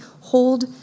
hold